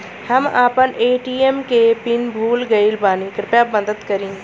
हम आपन ए.टी.एम के पीन भूल गइल बानी कृपया मदद करी